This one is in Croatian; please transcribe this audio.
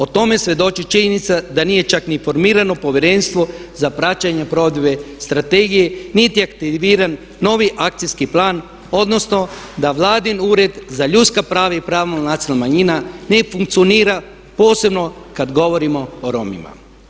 O tome svjedoči činjenica da nije čak ni formirano Povjerenstvo za praćenje, provedbe strategije niti je aktiviran novi akcijski plan odnosno da Vladin ured za ljudska prava i prava nacionalnih manjina ne funkcionira posebno kad govorimo o Romima.